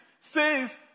says